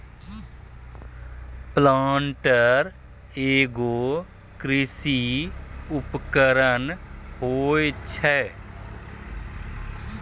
planter एगो कृषि उपकरण होय छै